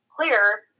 clear